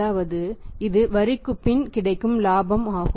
அதாவது இது வரிக்கு பின் கிடைக்கும் இலாபம் ஆகும்